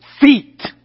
feet